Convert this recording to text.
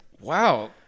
Wow